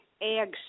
eggs